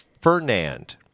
Fernand